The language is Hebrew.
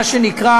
מה שנקרא